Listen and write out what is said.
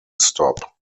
stop